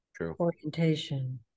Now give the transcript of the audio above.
orientation